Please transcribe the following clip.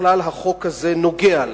בכלל החוק הזה נוגע לה.